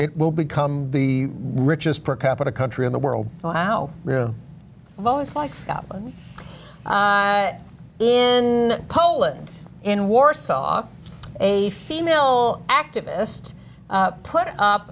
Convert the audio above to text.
it will become the richest per capita country in the world wow really well it's like scotland in poland in warsaw a female activist put up